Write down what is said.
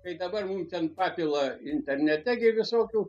kai dabar mum ten papila internete visokių